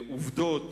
עובדות